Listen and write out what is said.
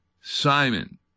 Simon